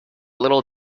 little